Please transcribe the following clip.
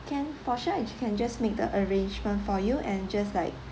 can for sure I ju~ can just make the arrangement for you and just like